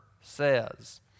says